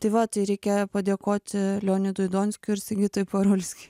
tai va tai reikia padėkoti leonidui donskiui ir sigitui parulskiui